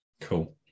cool